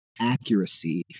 accuracy